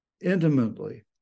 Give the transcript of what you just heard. intimately